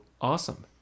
awesome